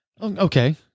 Okay